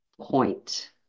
point